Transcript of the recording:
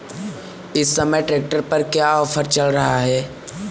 इस समय ट्रैक्टर पर क्या ऑफर चल रहा है?